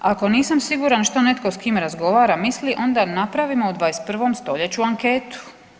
Ako nisam siguran što netko s kim razgovara, misli, onda napravimo u 21. st. anketu.